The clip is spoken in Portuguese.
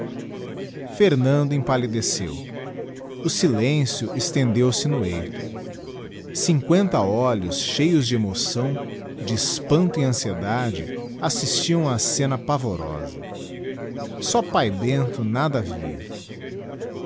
fernando empalhdeceu o silencio estendeu be na eito cincoenta olhos cheios de emoçso de espanto et anciedade assistiam á scena pavorosa só pae bento nada via